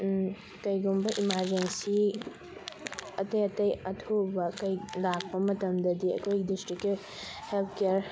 ꯀꯩꯒꯨꯝꯕ ꯏꯃꯔꯖꯦꯟꯁꯤ ꯑꯇꯩ ꯑꯇꯩ ꯑꯊꯨꯕ ꯀꯩ ꯂꯥꯛꯄ ꯃꯇꯝꯗꯗꯤ ꯑꯩꯈꯣꯏ ꯗꯤꯁꯇ꯭ꯔꯤꯛꯀꯤ ꯍꯦꯜꯊ ꯀꯦꯌꯔ